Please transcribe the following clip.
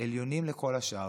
שעליונים לכל השאר.